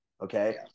okay